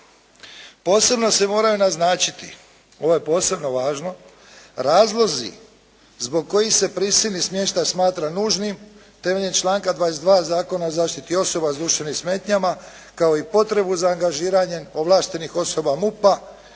posebno važno razlozi zbog kojih se prisilni smještaj smatra nužnim temeljem članka 22. Zakona o zaštiti osoba s duševnim smetnjama kao i potrebu za angažiranjem ovlaštenih osoba MUP-a